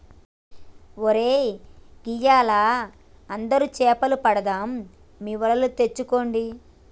ఒరై గియ్యాల అందరం సేపలు పడదాం మీ వలలు తెచ్చుకోండి